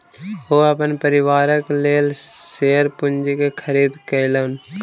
ओ अपन परिवारक लेल शेयर पूंजी के खरीद केलैन